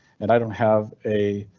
and i don't have a.